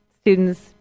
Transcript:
students